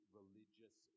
religious